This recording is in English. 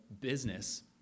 business